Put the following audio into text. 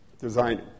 designing